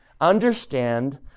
understand